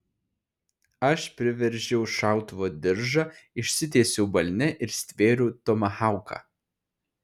aš priveržiau šautuvo diržą išsitiesiau balne ir stvėriau tomahauką